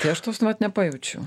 tai aš tos vat nepajaučiau